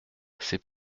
c’est